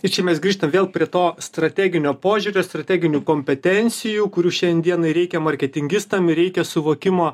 ir čia mes grįžtam vėl prie to strateginio požiūrio strateginių kompetencijų kurių šiandienai reikia marketingistam ir reikia suvokimo